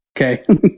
Okay